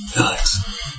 Alex